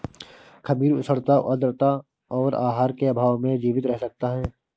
खमीर उष्णता आद्रता और आहार के अभाव में जीवित रह सकता है